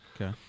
Okay